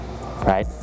right